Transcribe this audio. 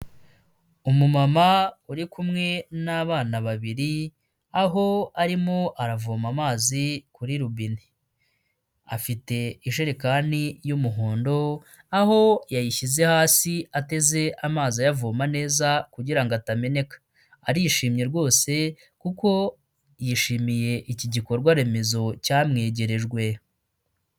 Umumama uri kumwe n'abana babiri, aho arimo aravoma amazi kuri rubine. Afite ijerekani y'umuhondo, aho yayishyize hasi, ateze amazi, ayavoma neza, kugira ngo atameneka. Arishimye rwose, kuko yishimiye iki gikorwa remezo cyamwegerejwe.